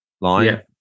line